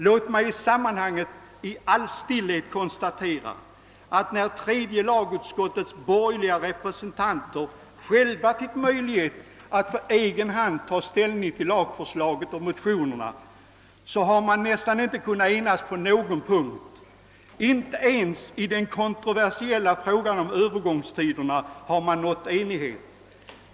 Låt mig i detta sammanhang i all stillhet konstatera att tredje lagutskottets borgerliga representanter, när de fick möjlighet att på egen hand ta ställning till lagförslaget och motionerna i samband med detta, knappast kunnat enas på någon enda punkt. Inte ens i den kontroversiella frågan om Öövergångstiderna har man nått enighet.